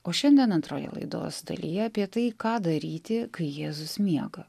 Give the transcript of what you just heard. o šiandien antroje laidos dalyje apie tai ką daryti kai jėzus miega